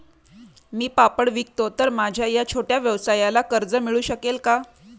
मी पापड विकतो तर माझ्या या छोट्या व्यवसायाला कर्ज मिळू शकेल का?